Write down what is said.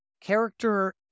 character